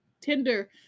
Tinder